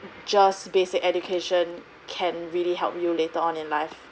just basic education can really help you later on in life